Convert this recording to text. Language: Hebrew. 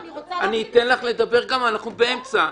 אני אתן לך לדבר גם, אנחנו באמצע.